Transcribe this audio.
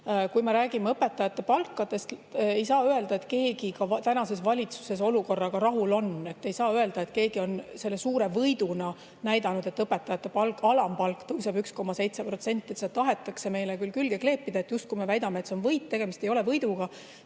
Kui me räägime õpetajate palkadest, ei saa öelda, et keegi tänases valitsuses olukorraga rahul on. Ei saa öelda, et keegi on seda suure võiduna näidanud, et õpetajate alampalk tõuseb 1,7%. Seda tahetakse meile küll külge kleepida, justkui me väidame, et see on võit, aga tegemist ei ole võiduga.